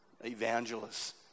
evangelists